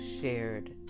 shared